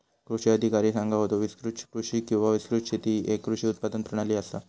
कृषी अधिकारी सांगा होतो, विस्तृत कृषी किंवा विस्तृत शेती ही येक कृषी उत्पादन प्रणाली आसा